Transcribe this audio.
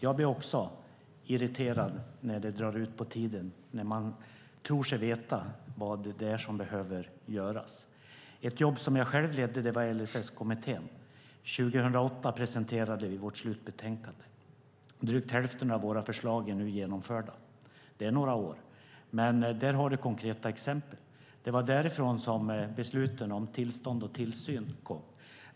Jag blir också irriterad när man tror sig veta vad det är som behöver göras, men det drar ut på tiden. Ett jobb som jag själv ledde var LSS-kommittén. Vi presenterade vårt slutbetänkande 2008. Drygt hälften av våra förslag är nu genomförda. Det har gått några år, men där har Agneta Luttropp konkreta exempel. Det var därifrån som besluten om tillstånd och tillsyn kom.